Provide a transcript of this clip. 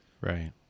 right